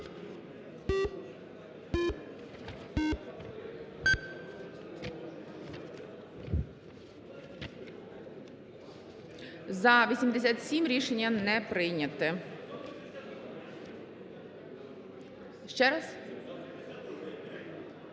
За-84 Рішення не прийнято.